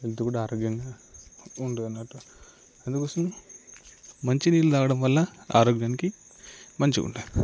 health కూడా ఆరోగ్యంగా ఉండదు అన్నట్టు అందుకోసం మంచి నీళ్ళు త్రాగడం వల్ల ఆరోగ్యానికి మంచిగా ఉంటాయి